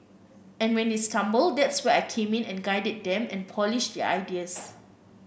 and when they stumble that's where I came in and guided them and polished their ideas